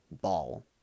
ball